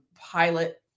pilot